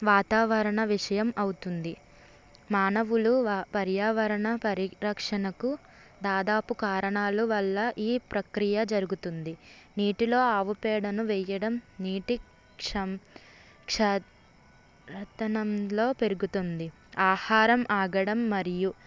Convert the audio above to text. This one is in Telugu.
వాతావరణ విషయం అవుతుంది మానవులు వా పర్యావరణ పరిరక్షణకు దాదాపు కారణాల వల్ల ఈ ప్రక్రియ జరుగుతుంది నీటిలో ఆవు పేడను వెయ్యడం నీటి క్షం క్ష రతనంలో పెరుగుతుంది ఆహారం ఆగడం మరియు